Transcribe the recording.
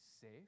safe